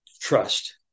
trust